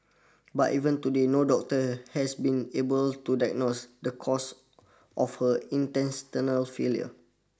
but even today no doctor has been able to diagnose the cause of her intestinal failure